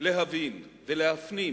להבין ולהפנים,